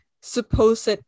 supposed